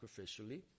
sacrificially